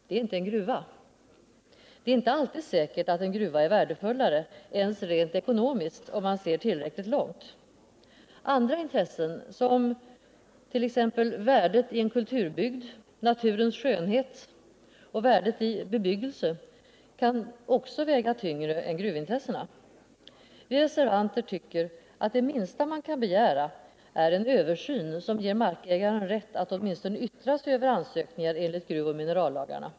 Det är inte en gruva. Det är inte alltid säkert att en gruva är värdefullare ens rent ekonomiskt, om man ser tillräckligt långt. Andra intressen, som värdet i en kulturbygd, naturens 193 skönhet och värdet i en bebyggelse, kan också väga tyngre än gruvintressena. Vi reservanter tycker att det minsta man kan begära är en översyn som ger markägaren rätt att åtminstone yttra sig över ansökningar enligt gruvoch minerallagarna.